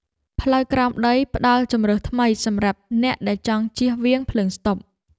ផ្លូវក្រោមដីផ្ដល់ជម្រើសថ្មីសម្រាប់អ្នកដែលចង់ជៀសវាងភ្លើងស្តុប។